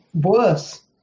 Worse